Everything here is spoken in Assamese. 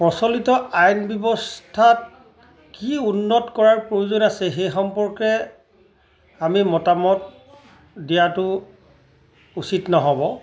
প্ৰচলিত আইন ব্যৱস্থাত কি উন্নত কৰাৰ প্ৰয়োজন আছে সেই সম্পৰ্কে আমি মতামত দিয়াটো উচিত নহ'ব